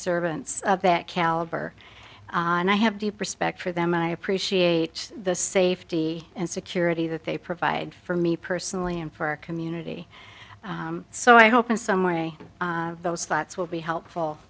servants of that caliber and i have deep respect for them and i appreciate the safety and security that they provide for me personally and for our community so i hope in some way those thoughts will be helpful